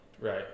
right